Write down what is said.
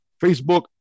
Facebook